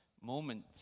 moment